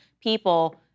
people